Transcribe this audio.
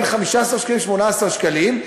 בין 15 שקלים ל-18 שקלים,